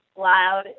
Loud